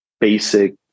basic